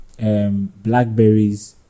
blackberries